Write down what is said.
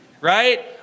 right